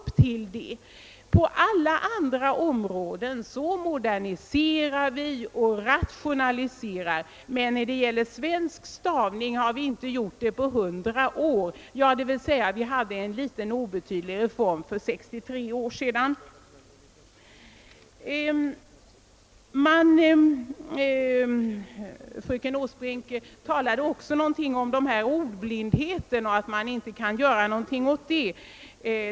På alla andra områden moderniserar och rationaliserar vi, men när det gäller svensk stavning har vi inte gjort det på hundra år, bortsett från en liten obetydlig reform för 63 år sedan. Fröken Åsbrink sade på tal om ordblindheten att man inte kan göra någonting åt den.